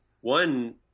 one